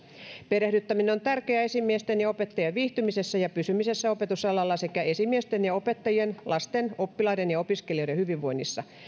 perehdyttäminen on tärkeää esimiesten ja opettajien viihtymisessä ja pysymisessä opetusalalla sekä esimiesten ja opettajien lasten oppilaiden ja opiskelijoiden hyvinvoinnissa